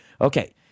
okay